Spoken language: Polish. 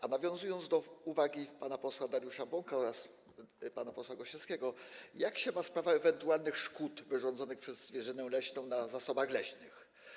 A nawiązując do uwagi pana posła Dariusza Bąka oraz pana posła Gosiewskiego: Jak się ma sprawa ewentualnych szkód wyrządzanych przez zwierzynę leśną w zasobach leśnych?